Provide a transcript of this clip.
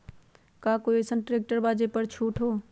का कोइ अईसन ट्रैक्टर बा जे पर छूट हो?